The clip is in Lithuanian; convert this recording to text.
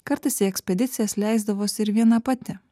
kartais į ekspedicijas leisdavosi ir viena pati